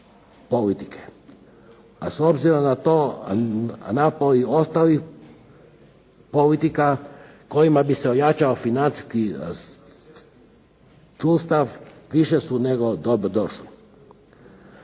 S obzirom na to, napori ostalih politika kojima bi se ojačao financijski sustav više su nego dobro došli.